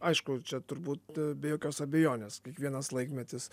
aišku čia turbūt be jokios abejonės kiekvienas laikmetis